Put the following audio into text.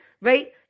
right